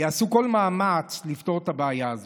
יעשו כל מאמץ לפתור את הבעיה הזו.